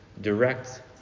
direct